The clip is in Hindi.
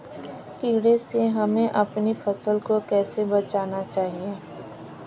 कीड़े से हमें अपनी फसल को कैसे बचाना चाहिए?